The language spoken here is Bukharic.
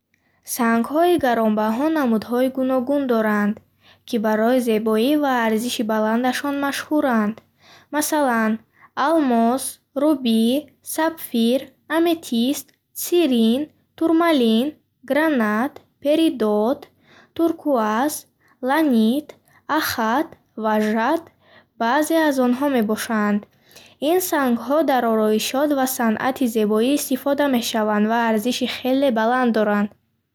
Сангҳои гаронбаҳо намудҳои гуногун доранд, ки барои зебоӣ ва арзиши баландашон машҳуранд. Масалан, алмос, рубӣ, сапфир, аметист, тситрин, турмалин, гранат, перидот, туркуаз, ланит, ахат, ва жад баъзе аз онҳо мебошанд. Ин сангҳо дар ороишот ва санъати зебоӣ истифода мешаванд ва арзиши хеле баланд доранд.